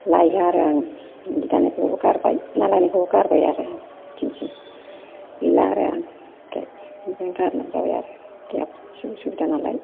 लायो आरो आङो जि दानायखौबो गारबाय ना लायनायखौबो गारबाय आरो बिदिनैसै गैला आरो आं बिदिनो गारनाय जाबाय आरो देहाफ्राबो एसे उसिबिदा नालाय